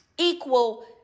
equal